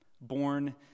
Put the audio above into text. born